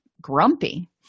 grumpy